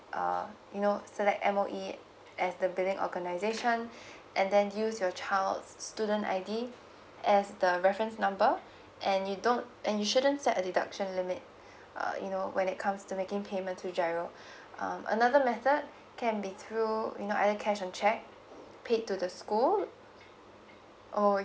uh you know select M_O_E as the billing organisation and then use your child's student I_D as the reference number and you don't and you shouldn't set a deduction limit uh you know when it comes to making payment through giro um another method can be through you know either cash and cheque paid to the school or